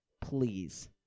Please